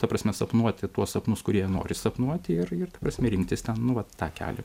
ta prasme sapnuoti tuos sapnus kurie jie nori sapnuoti ir ir ta prasme rinktis ten nu vat tą kelią